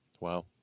Wow